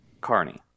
Carney